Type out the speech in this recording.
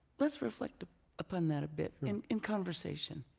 let's reflect upon that a bit in in conversation.